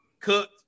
cooked